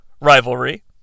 rivalry